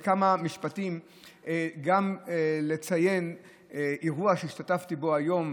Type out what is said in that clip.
גם לציין, בכמה משפטים, אירוע שהשתתפתי בו היום,